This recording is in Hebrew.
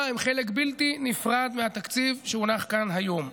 הם חלק בלתי נפרד מהתקציב שהונח כאן היום.